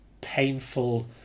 painful